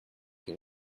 qui